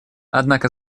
однако